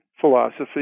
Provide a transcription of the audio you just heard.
philosophy